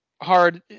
hard